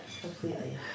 Completely